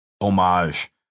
homage